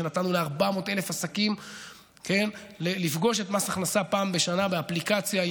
נתנו ל-400,000 עסקים לפגוש את מס הכנסה פעם בשנה באפליקציה,